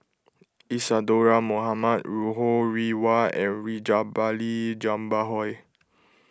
Isadhora Mohamed Ho Rih Hwa and Rajabali Jumabhoy